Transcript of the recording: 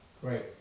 Great